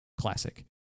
classic